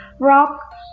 rock